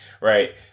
right